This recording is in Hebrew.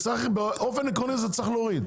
באופן עקרוני זה צריך להוריד,